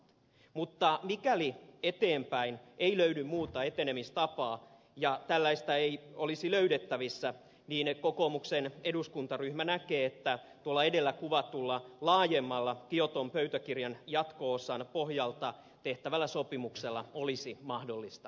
mutta mikäli eteenpäin ei löydy muuta etenemistapaa ja tällaista ei olisi löydettävissä niin kokoomuksen eduskuntaryhmä näkee että tuolla edellä kuvatulla laajemmalla kioton pöytäkirjan jatko osan pohjalta tehtävällä sopimuksella olisi mahdollista edetä